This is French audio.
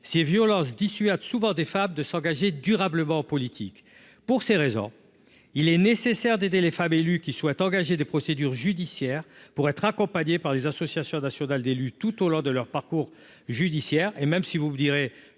ces violences dissuade souvent des fables de s'engager durablement politique pour ces raisons, il est nécessaire d'aider les femmes élues qui souhaite engager des procédures judiciaires pour être accompagnés par des associations nationales d'élus tout au long de leur parcours judiciaire et même si vous me direz